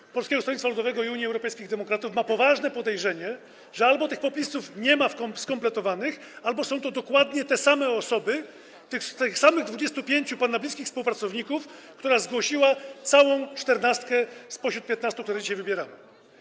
Klub Polskiego Stronnictwa Ludowego i Unii Europejskich Demokratów ma poważne podejrzenie, że albo tych podpisów nie ma skompletowanych, albo są to podpisy dokładnie tych samych osób, tych samych 25 pana bliskich współpracowników, którzy zgłosili całą czternastkę spośród piętnastki, którą dzisiaj wybieramy.